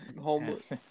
homeless